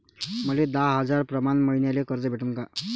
मले दहा हजार प्रमाण मईन्याले कर्ज भेटन का?